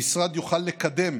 המשרד יוכל לקדם